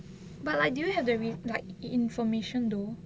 but like do you have the re- like information though